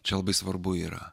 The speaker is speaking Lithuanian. čia labai svarbu yra